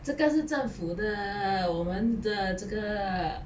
这个是政府的我们的这个